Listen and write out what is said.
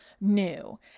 new